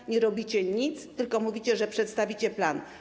Wy nie robicie nic, tylko mówicie, że przedstawicie plan.